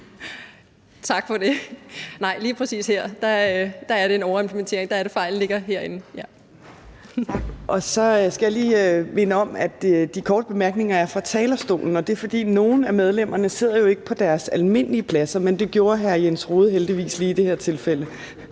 for det. Nej, lige præcis her er det en overimplementering. Der ligger fejlen herinde. Kl. 10:04 Fjerde næstformand (Trine Torp): Tak. Så skal jeg lige minde om, at de korte bemærkninger er fra talerstolen, og det er, fordi nogle af medlemmerne jo ikke sidder på deres almindelige pladser, men det gjorde hr. Jens Rohde heldigvis i det her tilfælde.